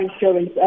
insurance